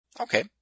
Okay